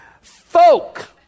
Folk